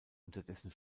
unterdessen